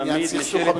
בעניין סכסוך המקרקעין.